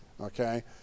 okay